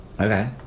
Okay